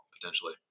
potentially